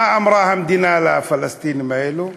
מה אמרה המדינה לפלסטינים האלה?